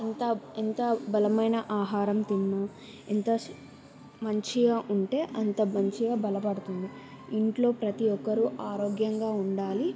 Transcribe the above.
ఎంత ఎంత బలమైన ఆహరం తిన్నా ఎంత మంచిగా ఉంటే అంత మంచిగా బలపడుతుంది ఇంట్లో ప్రతి ఒక్కరు ఆరోగ్యంగా ఉండాలి